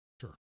Sure